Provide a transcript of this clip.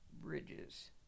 bridges